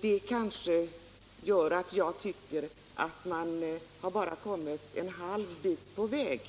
Detta gör att man bara har kommit en halv bit på väg.